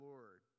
Lord